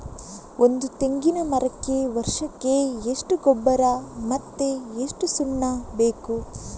ಒಂದು ತೆಂಗಿನ ಮರಕ್ಕೆ ವರ್ಷಕ್ಕೆ ಎಷ್ಟು ಗೊಬ್ಬರ ಮತ್ತೆ ಎಷ್ಟು ಸುಣ್ಣ ಬೇಕು?